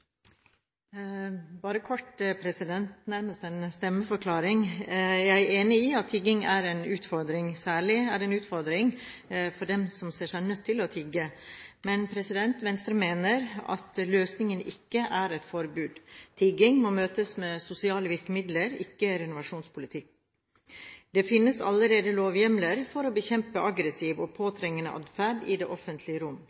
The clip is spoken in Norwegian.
Bare kort – nærmest en stemmeforklaring: Jeg er enig i at tigging er en utfordring. Særlig er det en utfordring for dem som ser seg nødt til å tigge, men Venstre mener at løsningen ikke er et forbud. Tigging må møtes med sosiale virkemidler, ikke renovasjonspolitikk. Det finnes allerede lovhjemler for å bekjempe aggressiv og påtrengende adferd i det offentlige rom.